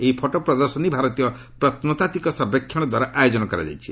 ଏହି ଫଟୋ ପ୍ରଦର୍ଶନୀ ଭାରତୀୟ ପ୍ରତ୍ତାତ୍ୱିକ ସବେକ୍ଷଣ ଦ୍ୱାରା ଆୟୋଜନ କରାଯାଇଛି